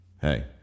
hey